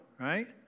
right